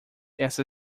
essa